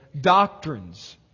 doctrines